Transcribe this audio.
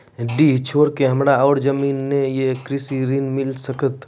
डीह छोर के हमरा और जमीन ने ये कृषि ऋण मिल सकत?